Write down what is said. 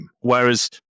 Whereas